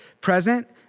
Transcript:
present